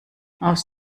aus